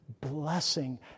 blessing